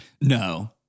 no